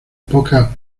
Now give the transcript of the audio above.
poca